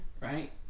Right